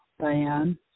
Diane